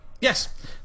Yes